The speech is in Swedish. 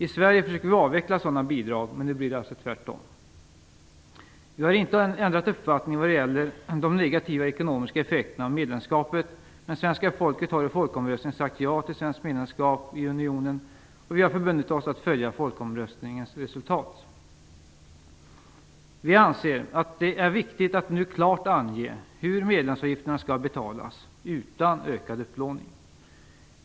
I Sverige försöker vi avveckla sådana bidrag, men nu blir det alltså tvärtom. Vi har inte ändrat uppfattning då det gäller de negativa ekonomiska effekterna av medlemskapet, men svenska folket har i en folkomröstning sagt ja till svenskt medlemskap till unionen. Vi har förbundit oss att följa folkomröstningens resultat. Vi anser att det är viktigt att nu klart ange hur medlemsavgifterna skall betalas utan ökad upplåning.